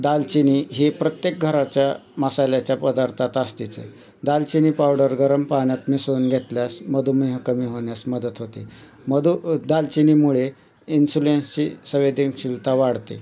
दालचिनी ही प्रत्येक घराच्या मसाल्याच्या पदार्थात असतेच आहे दालचिनी पावडर गरम पाण्यात मिसळून घेतल्यास मधुमेह कमी होण्यास मदत होते मधु दालचिनीमुळे इन्स्युलेन्सची संवेदनशीलता वाढते